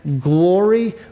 glory